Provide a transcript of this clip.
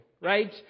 right